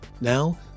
Now